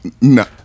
No